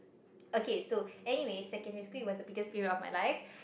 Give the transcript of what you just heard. okay so anyway secondary school it was the biggest period of my life